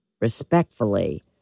respectfully